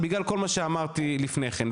בגלל כל מה שאמרתי לפני כן.